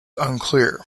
unclear